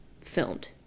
filmed